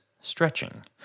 stretching